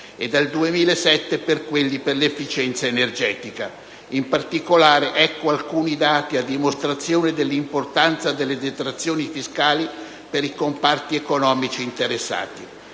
e dal 2007 per quelli per l'efficienza energetica. In particolare ecco alcuni dati a dimostrazione dell'importanza delle detrazioni fiscali per i comparti economici interessati: